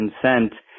consent